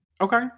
Okay